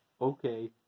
Okay